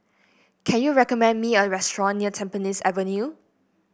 can you recommend me a restaurant near Tampines Avenue